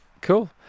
Cool